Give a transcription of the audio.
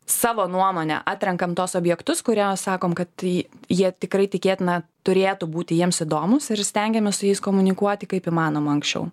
savo nuomone atrenkam tuos objektus kuriuos sakom kad ji jie tikrai tikėtina turėtų būti jiems įdomūs ir stengiamės su jais komunikuoti kaip įmanoma anksčiau